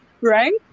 right